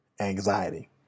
anxiety